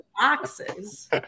boxes